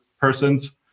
persons